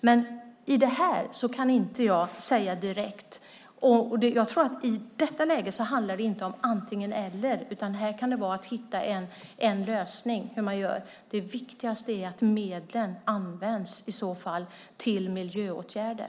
Men jag kan inte här direkt säga något om detta. I detta läge handlar det inte om antingen eller, utan här kan det handla om att hitta en lösning. Det viktigaste är att medlen används till miljöåtgärder.